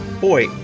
Boy